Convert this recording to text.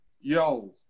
yo